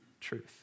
truth